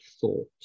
thought